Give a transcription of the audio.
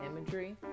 imagery